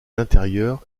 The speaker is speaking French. l’intérieur